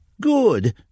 Good